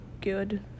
good